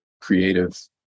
creative